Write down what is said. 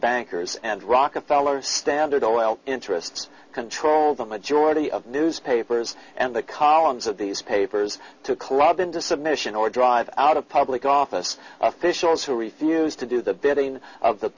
bankers and rockefeller standard oil interests control the majority of newspapers and the columns of these papers to club into submission or drive out of public office officials who refuse to do the bidding of the